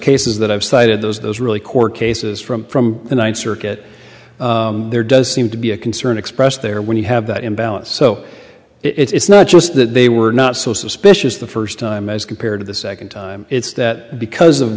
cases that i've cited those those really court cases from from the ninth circuit there does seem to be a concern expressed there when you have that imbalance so it's not just that they were not so suspicious the first time as compared to the second time it's that because of